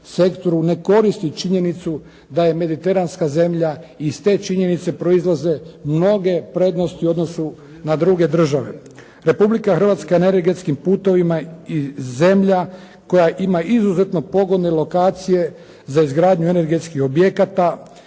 ne koristi činjenicu da je mediteranska zemlja i iz te činjenice proizlaze mnoge prednosti u odnosu na druge države. Republika Hrvatska energetskim putovima i zemlja koja ima izuzetno pogodne lokacije za izgradnju energetskih objekata